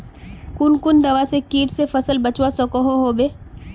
कुन कुन दवा से किट से फसल बचवा सकोहो होबे?